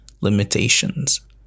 limitations